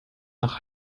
nach